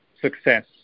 success